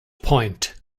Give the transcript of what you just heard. point